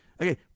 Okay